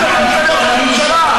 אני אגיד לך מה כואב לי בבטן, מדינת ישראל.